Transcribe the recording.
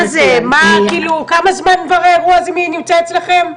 כמה זמן האירוע הזה נמצא אצלכם?